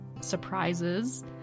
surprises